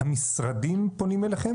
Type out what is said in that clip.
המשרדים פונים אליכם?